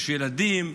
יש ילדים,